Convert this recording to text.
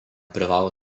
privalo